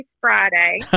Friday